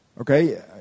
Okay